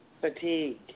Fatigue